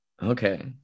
Okay